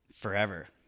forever